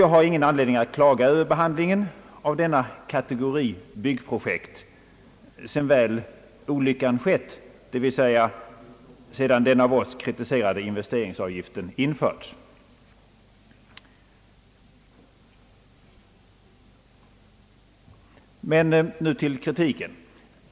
Jag har ingen anledning att klaga över behandlingen av denna kategori byggprojekt sedan väl olyckan skett, d.v.s. sedan den av oss kritiserade investeringsavgiften infördes. Så till kritiken.